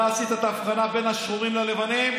אתה עשית את ההבחנה בין השחורים ללבנים.